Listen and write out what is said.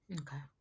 Okay